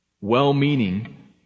Well-meaning